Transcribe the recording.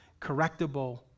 correctable